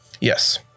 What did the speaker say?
Yes